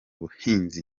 ubuhinzi